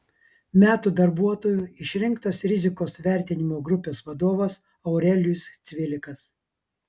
metų darbuotoju išrinktas rizikos vertinimo grupės vadovas aurelijus cvilikas